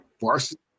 Varsity